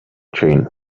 chain